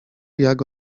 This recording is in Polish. jak